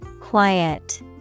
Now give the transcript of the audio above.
Quiet